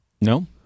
No